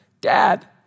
Dad